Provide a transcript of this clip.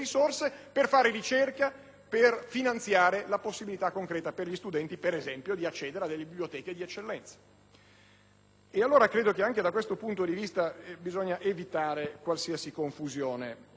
per finanziare la possibilità concreta per gli studenti, per esempio, di accedere a delle biblioteca di eccellenza. Credo che anche da questo punto di vista sia necessario evitare qualsiasi confusione.